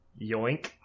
Yoink